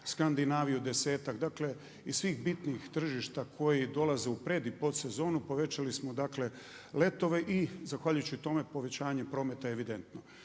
Skandinaviju desetak, dakle iz svih bitnih tržišta koji dolaze u pred i pod sezonu povećali smo letove i zahvaljujući tome je povećanje prometa evidentno.